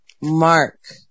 Mark